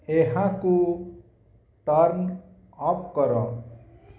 ଏହାକୁ turn up କର